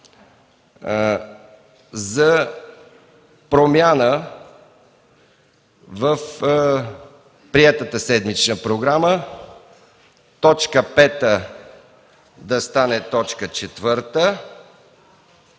за промяна в приетата седмична програма – т. 5 да стане т. 4,